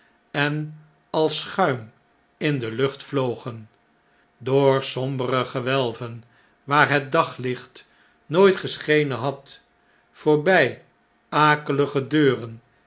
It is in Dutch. en als schuim in de lucht vlogen door sombere gewelven waar het daglicht nooit geschenen had voorbjj akelige deuren